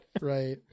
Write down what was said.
Right